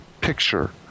picture